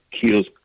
kills